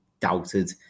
doubted